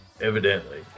Evidently